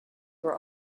were